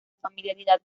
familiaridad